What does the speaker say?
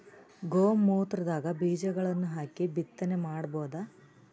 ಗೋ ಮೂತ್ರದಾಗ ಬೀಜಗಳನ್ನು ಹಾಕಿ ಬಿತ್ತನೆ ಮಾಡಬೋದ?